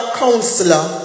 counselor